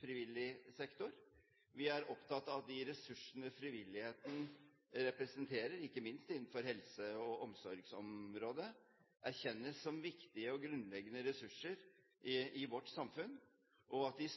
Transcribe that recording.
frivillig sektor. Vi er opptatt av de ressursene frivilligheten representerer, ikke minst innenfor helse- og omsorgsområdet, erkjennes som viktige og grunnleggende ressurser i vårt samfunn, og at de